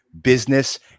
business